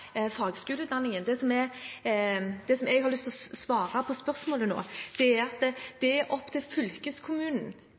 Det som jeg har lyst til å svare på spørsmålet nå, er at det er opp til fylkeskommunen hvilke studietilbud de